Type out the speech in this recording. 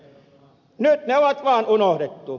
nyt ne on vaan unohdettu